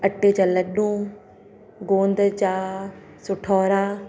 अटे जा लड्डू गोंद जा सुठोरा